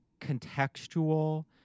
contextual